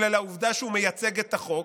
אלא לעובדה שהוא מייצג את החוק",